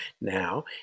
now